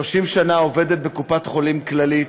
30 שנה עובדת בקופת-חולים כללית,